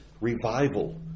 revival